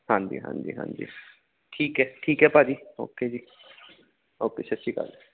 ਹਾਂਜੀ ਹਾਂਜੀ ਹਾਂਜੀ ਠੀਕ ਹੈ ਠੀਕ ਹੈ ਭਾਅ ਜੀ ਓਕੇ ਜੀ ਓਕੇ ਸਤਿ ਸ਼੍ਰੀ ਅਕਾਲ